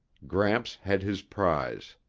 gramps had his prize.